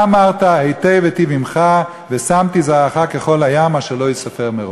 אמרת היטב איטיב עמך ושמתי זרעך כחול הים אשר לא יִספר מרֹב".